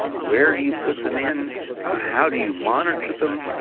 where do you put them in, how do you monitor them,